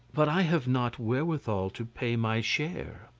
but i have not wherewithal to pay my share.